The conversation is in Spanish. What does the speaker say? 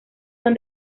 son